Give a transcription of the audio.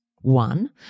One